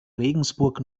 regensburg